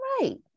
right